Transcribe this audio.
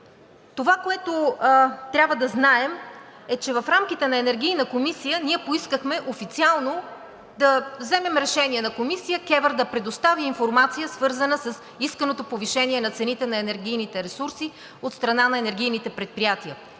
Това, което трябва да знаем е, че в рамките на Енергийната комисия ние поискахме официално да вземем решение на Комисия КЕВР да предостави информация, свързана с исканото повишение на цените на енергийните ресурси от страна на енергийните предприятия.